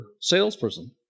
salesperson